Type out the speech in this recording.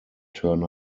turn